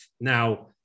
now